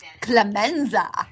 Clemenza